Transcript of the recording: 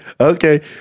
Okay